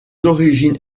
origines